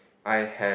I have